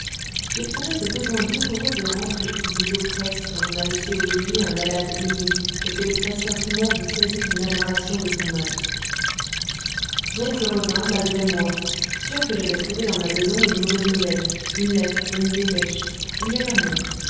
j'éprouvais ce besoin douloureux de rentrer qui vous oppresse quand on a laissé au logis un malade aimé et que le pressentiment vous saisit d'une aggravation de son mal donc je revins malgré moi sûr que j'allais trouver dans ma maison une mauvaise nouvelle une lettre ou une dépêche il n'y avait rien